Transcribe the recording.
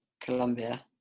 Colombia